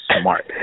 smart